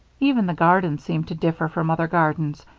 even the garden seemed to differ from other gardens,